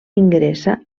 ingressa